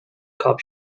cup